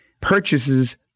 purchases